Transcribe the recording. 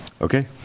Okay